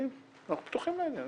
אנחנו פתוחים לעניין,